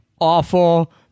awful